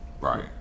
Right